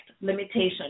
limitation